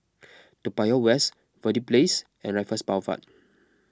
Toa Payoh West Verde Place and Raffles Boulevard